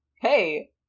hey